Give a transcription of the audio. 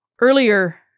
Earlier